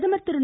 பிரதமர் திரு